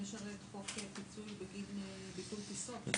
אם צריך חוק פיצוי בגין ביטול טיסות,